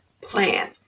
Plan